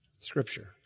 Scripture